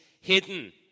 hidden